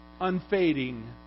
unfading